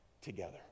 together